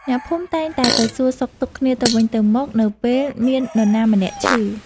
អ្នកភូមិតែងតែទៅសួរសុខទុក្ខគ្នាទៅវិញទៅមកនៅពេលមាននរណាម្នាក់ឈឺ។